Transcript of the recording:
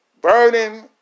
Burning